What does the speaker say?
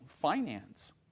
finance